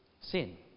sin